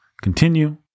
continue